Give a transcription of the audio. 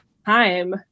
time